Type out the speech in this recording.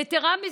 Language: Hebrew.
יתרה מזאת,